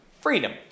Freedom